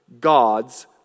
God's